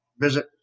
visit